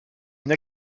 une